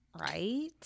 Right